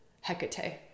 Hecate